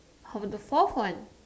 how about the fourth one